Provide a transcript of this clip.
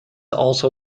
also